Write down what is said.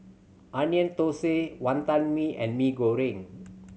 Onion Thosai Wantan Mee and Mee Goreng